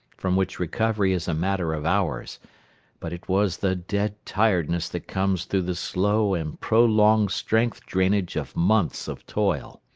from which recovery is a matter of hours but it was the dead-tiredness that comes through the slow and prolonged strength drainage of months of toil.